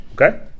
Okay